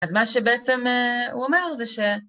אז מה שבעצם הוא אומר זה ש...